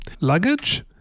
luggage